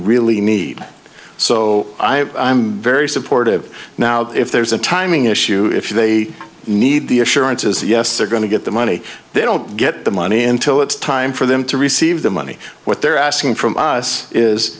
really need so i'm very supportive now if there's a timing issue if they need the assurances yes they're going to get the money they don't get the money until it's time for them to receive the money what they're asking from us is